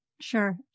Sure